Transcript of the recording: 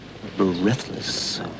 Breathless